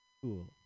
Cool